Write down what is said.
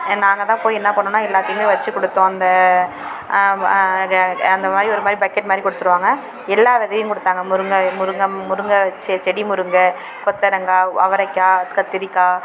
நாங்கள் தான் போய் என்ன பண்ணோன்னால் எல்லாத்தையுமே வச்சு கொடுத்தோம் அந்த அந்தமாதிரி ஒருமாதிரி பக்கெட் மாதிரி கொடுத்துருவாங்க எல்லா விதையும் கொடுத்தாங்க முருங்கை முருங்கை முருங்கை செடி முருங்கை கொத்தரங்காய் அவரைக்காய் கத்திரிக்காய்